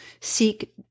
seek